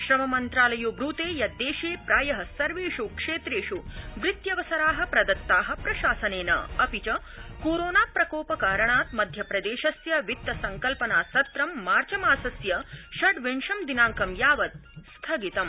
श्रम मन्त्रालयो ब्रूतखित् दश्मप्रिय सर्वेषु क्षम्भू बृत्यवसरा प्रदत्ता प्रशासनस्ति कोरोना प्रकोप कारणात् मध्यप्रदर्शिय वित्त संकल्पना सत्रं मार्चमासस्य षड्विंशं दिनांकं यावत् स्थगितम्